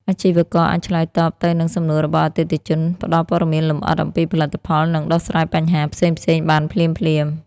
អាជីវករអាចឆ្លើយតបទៅនឹងសំណួររបស់អតិថិជន ផ្ដល់ព័ត៌មានលម្អិតអំពីផលិតផល និងដោះស្រាយបញ្ហាផ្សេងៗបានភ្លាមៗ។